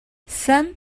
some